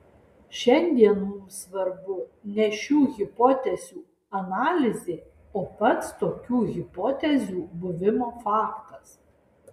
šiandien mums svarbu ne šių hipotezių analizė o pats tokių hipotezių buvimo faktas